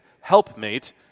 helpmate